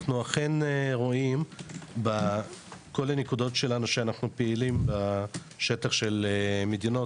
אנחנו אכן רואים בכל הנקודות שלנו שאנחנו פעילים בשטח של מדינות,